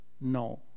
No